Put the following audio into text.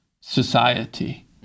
society